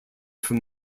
from